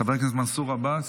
חבר הכנסת מנסור עבאס,